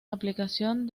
aplicación